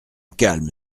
calme